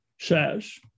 says